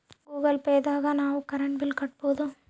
Google Pay ದಾಗ ನಾವ್ current bill ಕಟ್ಟೋದು